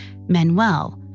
Manuel